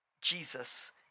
Jesus